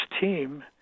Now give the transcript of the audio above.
team